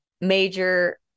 major